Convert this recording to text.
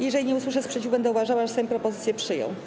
Jeżeli nie usłyszę sprzeciwu, będę uważała, że Sejm propozycję przyjął.